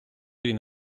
він